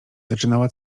zaczynała